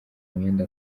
imyenda